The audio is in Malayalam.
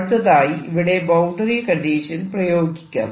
അടുത്തതായി ഇവിടെ ബൌണ്ടറി കണ്ടീഷൻ പ്രയോഗിക്കാം